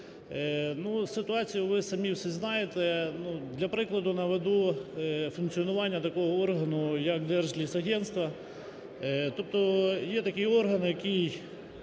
Ситуація, ви самі всі знаєте. Для прикладу наведу функціонування такого органу як, Держлісагентство. Тобто є такий орган, який